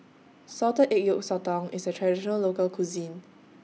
Salted Egg Yolk Sotong IS A Traditional Local Cuisine